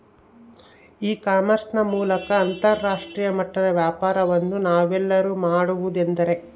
E commerce ನ ಮೂಲಕ ಅಂತರಾಷ್ಟ್ರೇಯ ಮಟ್ಟದ ವ್ಯಾಪಾರವನ್ನು ನಾವೆಲ್ಲರೂ ಮಾಡುವುದೆಂದರೆ?